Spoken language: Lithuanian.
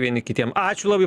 vieni kitiem ačiū labai